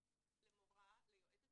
עונים למורה, ליועצת